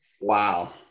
Wow